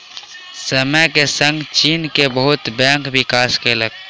समय के संग चीन के बहुत बैंक विकास केलक